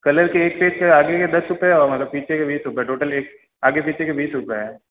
colour के एक page के आगे के दस रुपए और मतलब पीछे के बीस रुपए टोटल एक आगे पीछे के बीस रुपए हैं